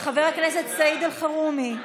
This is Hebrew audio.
חבר הכנסת סעיד אלחרומי,